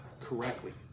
correctly